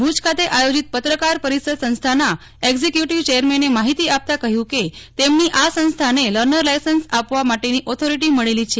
ભુજ ખાતે આયોજિત પત્રકાર પરિષદ માં સંસ્થાના એકઝીક્યુટીવ ચેરમેનએ માહિતી આપતાં કહ્યું કે તેમની આ સંસ્થાને લર્નર લાયસન્સ આપવા માટેની ઓથોરીટી મળેલી છે